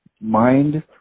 mind